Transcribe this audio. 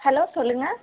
hello சொல்லுங்க